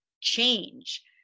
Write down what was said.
change